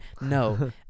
No